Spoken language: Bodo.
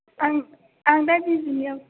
आं आं दा बिजिनिआव